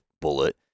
bullet